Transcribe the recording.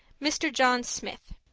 mr. john smith,